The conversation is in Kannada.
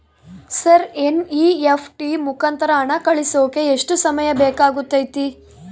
ಸರ್ ಎನ್.ಇ.ಎಫ್.ಟಿ ಮುಖಾಂತರ ಹಣ ಕಳಿಸೋಕೆ ಎಷ್ಟು ಸಮಯ ಬೇಕಾಗುತೈತಿ?